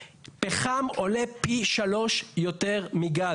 פחם עולה פי 3 יותר מגז.